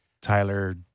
Tyler